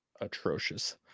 atrocious